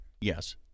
yes